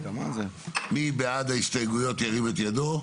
מי בעד ההסתייגויות שירים את ידו?